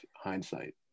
hindsight